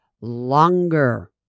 longer